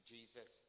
Jesus